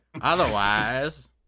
otherwise